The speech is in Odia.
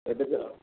ଏବେ ତ